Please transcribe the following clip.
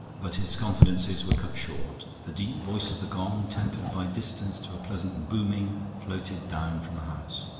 but his confidences were cut short. the deep voice of the gong, tempered by distance to a pleasant booming, floated down from the house.